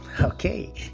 Okay